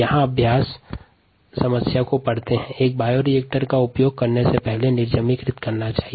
यहां अभ्यास समस्या पढ़ते है एक बायोरिएक्टर का उपयोग करने से पहले निर्जमिकरण करना चाहिए